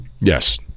yes